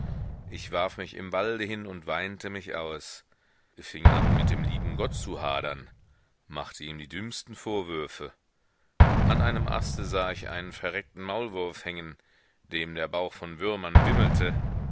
ich warf mich im walde hin und weinte mich aus fing an mit dem lieben gott zu hadern und machte ihm die dümmsten vorwürfe an einem aste sah ich einen verreckten maulwurf hängen dem der bauch von würmern wimmelte